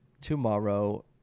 tomorrow